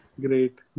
Great